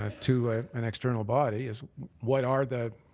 ah to an external body, is what are the